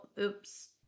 oops